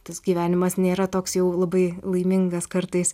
tas gyvenimas nėra toks jau labai laimingas kartais